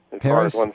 Paris